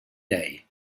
lei